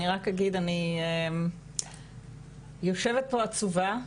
אני רק אגיד שאני יושבת פה עצובה,